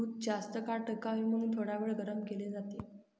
दूध जास्तकाळ टिकावे म्हणून थोडावेळ गरम केले जाते